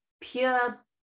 pure